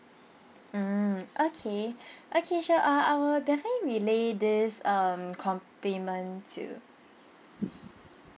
mm okay okay sure uh I will definitely relay this um compliment to